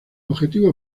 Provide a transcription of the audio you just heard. objetivo